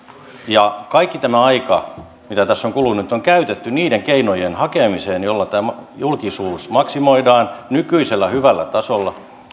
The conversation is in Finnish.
kaikki tämä aika mitä tässä on nyt kulunut on käytetty niiden keinojen hakemiseen joilla tämä julkisuus maksimoidaan nykyisellä hyvällä tasolla